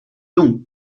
donc